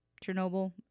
Chernobyl